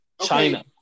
China